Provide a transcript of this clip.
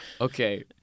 Okay